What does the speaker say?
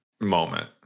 moment